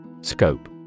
Scope